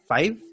Five